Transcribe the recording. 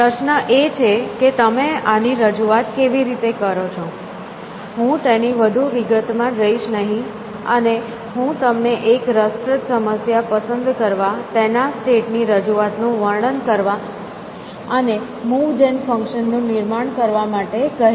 પ્રશ્ન એ છે કે તમે આની રજૂઆત કેવી રીતે કરો છો હું તેની વધુ વિગતમાં જઈશ નહીં અને હું તમને એક રસપ્રદ સમસ્યા પસંદ કરવા તેના સ્ટેટ ની રજૂઆત નું વર્ણન કરવા અને મૂવ જેન ફંક્શન નું નિર્માણ કરવા માટે કહીશ